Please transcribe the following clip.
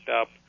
up